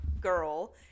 girl